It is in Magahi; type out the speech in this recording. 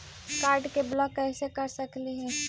कार्ड के ब्लॉक कैसे कर सकली हे?